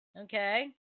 okay